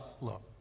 look